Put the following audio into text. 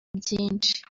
byinshi